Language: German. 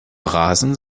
rasen